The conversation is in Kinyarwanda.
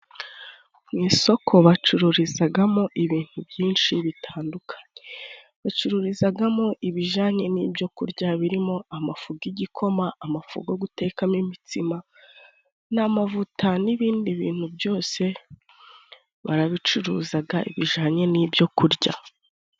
Mu isoko bacururizagamo ibintu byinshi bitandukanye. Bacururizagamo ibijanye n'ibyo kurya birimo amafu g'igikoma, amafu go gutekamo imitsima n'amavuta. N'ibindi bintu byose barabicuruzaga bijanye n'ibyo kurya.